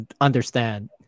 understand